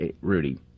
Rudy